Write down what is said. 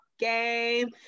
game